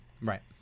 Right